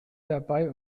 dabei